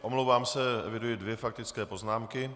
Omlouvám se, eviduji dvě faktické poznámky.